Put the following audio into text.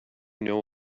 know